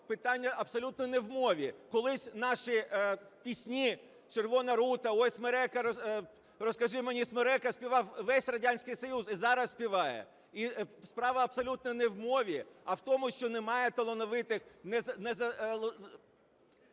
питання абсолютно не в мові. Колись наші пісні "Червона рута", "Ой, смереко, розкажи мені, смереко" співав весь Радянський Союз і зараз співає. І справа абсолютно не в мові, а в тому, що немає талановитих,